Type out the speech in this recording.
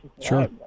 Sure